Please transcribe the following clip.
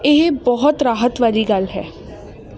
ਇਹ ਬਹੁਤ ਰਾਹਤ ਵਾਲੀ ਗੱਲ ਹੈ